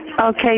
Okay